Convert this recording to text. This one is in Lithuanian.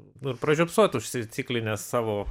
nu ir pražiopsot užsiciklinęs savo